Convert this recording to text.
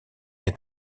est